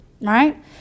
right